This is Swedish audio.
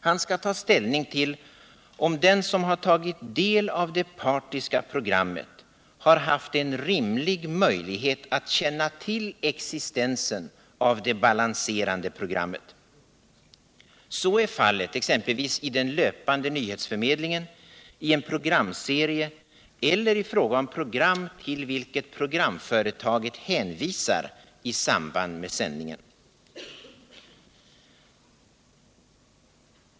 Han skall ta ställning till om den som har tagit del av det partiska programmet har haft rimlig möjlighet att känna till existensen av det balanserande programmet. Så är fallet exempelvis i den löpande nyhetsförmedlingen, i en programserie eller i fråga om program till vilket programföretaget hänvisar i samband med sändningen.